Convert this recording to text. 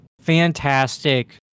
fantastic